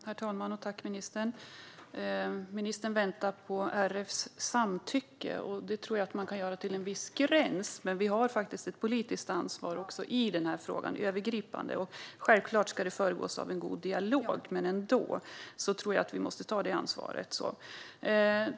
Herr talman! Ministern väntar på RF:s samtycke. Det kan man göra till en viss gräns, men vi har faktiskt ett övergripande politiskt ansvar i denna fråga. Självfallet ska det föregås av en god dialog, men vi måste ändå ta detta ansvar.